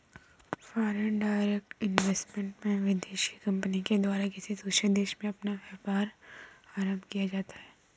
foreign direct investment में विदेशी company के द्वारा किसी दूसरे देश में अपना व्यापार आरंभ किया जाता है